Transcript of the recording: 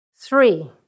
Three